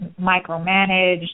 micromanaged